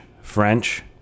French